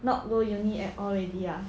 not low unit at already ah